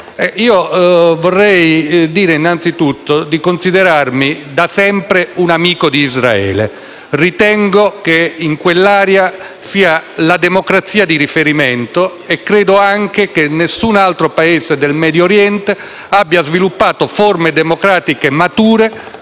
Vorrei dire innanzi tutto che mi considero da sempre un amico di Israele. Ritengo che in quell'area Israele sia la democrazia di riferimento e credo anche che nessun altro Paese del Medioriente abbia sviluppato forme democratiche mature